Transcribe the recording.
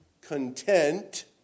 content